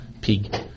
pig